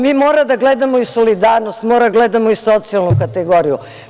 Mi moramo da gledamo i solidarnost, moramo da gledamo i socijalnu kategoriju.